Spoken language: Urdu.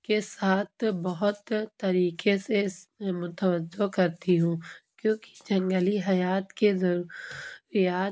کے ساتھ بہت طریقے سے متوجہ کرتی ہوں کیونکہ جنگلی حیات کے ضرو ریات